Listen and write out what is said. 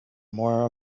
more